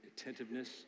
attentiveness